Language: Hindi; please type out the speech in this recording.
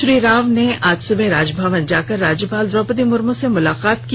श्री राव ने आज सुबह राजभवन जाकर राज्यपाल द्रौपदी मुर्म से मुलाकात की